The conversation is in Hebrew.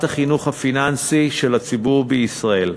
החינוך הפיננסי של הציבור בישראל.